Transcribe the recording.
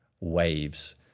waves